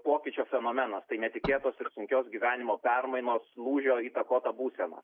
pokyčio fenomenas tai netikėtos ir sunkios gyvenimo permainos lūžio įtakota būsena